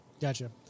Gotcha